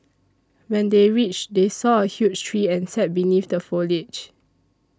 when they reached they saw a huge tree and sat beneath the foliage